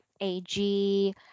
ag